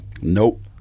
nope